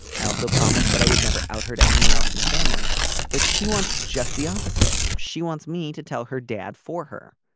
i also promised that i would never out her to anyone else in the family but she wants just the opposite. she wants me to tell her dad for her.